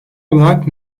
olarak